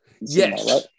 Yes